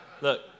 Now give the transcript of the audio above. Look